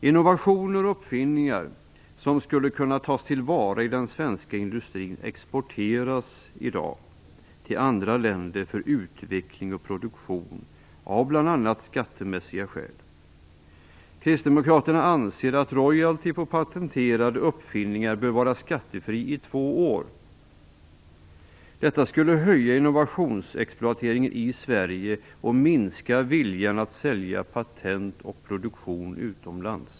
Innovationer och uppfinningar som skulle kunna tas till vara i den svenska industrin exporteras i dag till andra länder för utveckling och produktion av bl.a. skattemässiga skäl. Kristdemokraterna anser att royalty på patenterade uppfinningar bör vara skattefri i två år. Detta skulle höja innovationsexploateringen i Sverige och minska viljan att sälja patent och produktion utomlands.